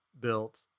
built